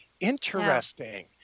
interesting